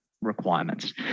requirements